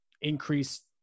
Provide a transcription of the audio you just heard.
increase